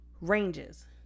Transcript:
ranges